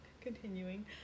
continuing